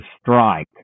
strike